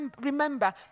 remember